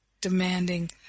demanding